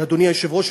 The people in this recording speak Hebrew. אדוני היושב-ראש,